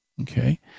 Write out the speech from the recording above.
okay